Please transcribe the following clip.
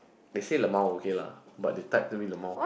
they say lmao okay lah but they type to me lmao